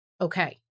okay